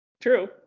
True